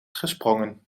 gesprongen